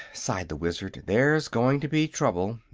sighed the wizard. there's going to be trouble,